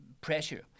pressure